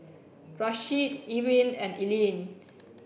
Rasheed Ewin and Eileen